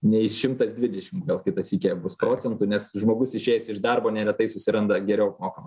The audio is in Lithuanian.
nei šimtas dvidešim gal kitą sykį bus procentų nes žmogus išėjęs iš darbo neretai susiranda geriau apmokamą